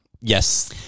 Yes